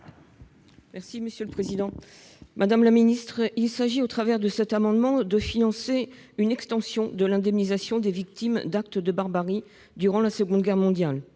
: La parole est à Mme Corinne Féret. Il s'agit, au travers de cet amendement, de financer une extension de l'indemnisation des victimes d'actes de barbarie durant la Seconde Guerre mondiale.